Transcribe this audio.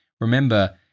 remember